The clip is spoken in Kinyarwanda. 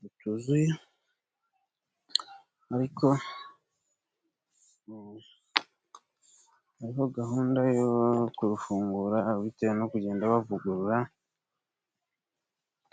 rutuzuye, ariko hariho gahunda yo kurufungura bitewe no kugenda bavugurura.